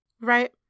Right